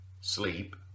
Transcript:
sleep